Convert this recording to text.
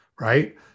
right